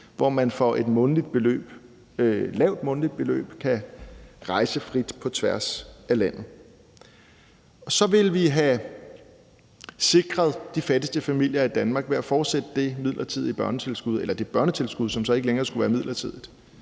hvor man for et lavt månedligt beløb kan rejse frit på tværs af landet. Så vil vi have sikret de fattigste familier i Danmark ved at fortsætte det midlertidige børnetilskud – eller det